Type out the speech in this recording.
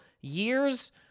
years